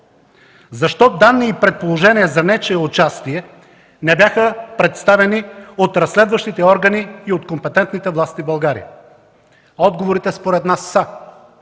Защо данни и предположения за нечие участие не бяха представени от разследващите органи и от компетентните власти в България? Отговорите според нас са: